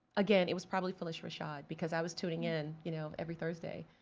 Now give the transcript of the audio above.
again it was probably phylicia rashad, because i was tuning in you know, every thursday,